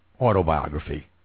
autobiography